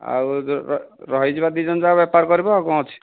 ଆଉ ରହିଯିବା ଦୁଇ ଜଣ ଯାକ ବେପାର କରିବ ଆଉ କ'ଣ ଅଛି